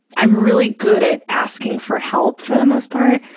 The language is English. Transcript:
i'm really good at asking for help, for the most part,